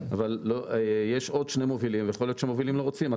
אבל יש עוד שני מובילים ויכול להיות שמובילים לא רוצים.